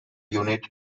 unit